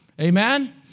Amen